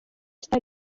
star